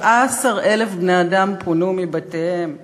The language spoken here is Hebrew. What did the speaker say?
17,000 בני-אדם פונו מבתיהם,